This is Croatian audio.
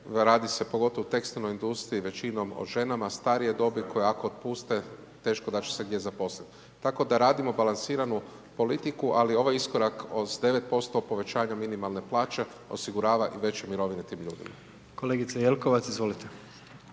radi se pogotovo u tekstilnoj industriji većinom o ženama starije dobi koje ako otpuste teško da će se gdje zaposliti. Tako da radimo balansiranu politiku, ali ovaj iskorak s 9% povećanju minimalne plaće osigurava i veće mirovine tim ljudima. **Jandroković, Gordan